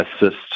assist